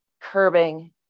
Curbing